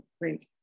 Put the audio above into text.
great